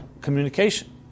communication